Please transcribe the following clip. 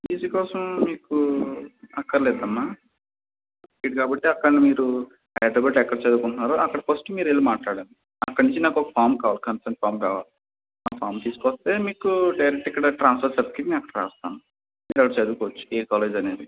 TC కోసం మీకు అక్కర్లేదు అమ్మా ఇది కాబట్టి అక్కడ మీరు హైదరాబాదులో ఎక్కడ చదవు కుంటున్నారో అక్కడ ఫస్ట్ మీరు వెళ్ళి మాట్లాడండి అక్కడ నుంచి నాకు ఒక ఫామ్ కావాలి కన్సంట్ ఫామ్ కావాలి ఆ ఫామ్ తీసుకువస్తే మీకు డైరెక్ట్ ఇక్కడ ట్రాన్స్పర్ సార్కి లెటర్ రాస్తాను మీరు అక్కడ చదవుకోవచ్చు ఏ కాలేజు అనేది